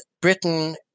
Britain